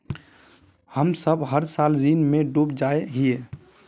हम सब हर साल ऋण में डूब जाए हीये?